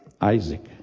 Isaac